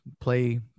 play